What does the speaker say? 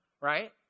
right